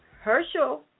Herschel